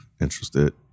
interested